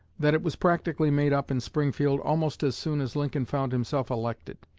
that it was practically made up in springfield almost as soon as lincoln found himself elected.